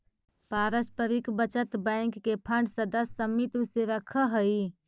पारस्परिक बचत बैंक के फंड सदस्य समित्व से रखऽ हइ